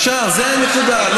אפשר, זו הנקודה.